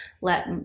let